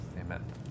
Amen